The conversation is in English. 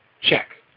Check